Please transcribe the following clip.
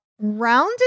rounded